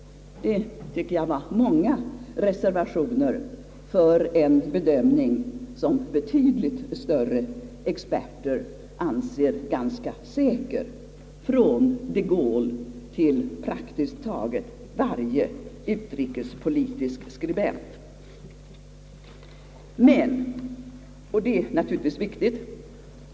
Det tycker jag var många reservationer för en bedömning som betydligt större experter, från de Gaulle till praktiskt taget varje utrikespolitisk skribent, anser ganska säker.